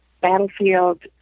battlefield